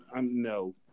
No